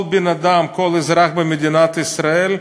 כל בן-אדם, כל אזרח במדינת ישראל,